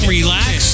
relax